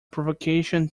provocation